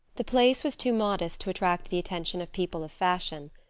the place was too modest to attract the attention of people of fashion,